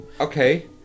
okay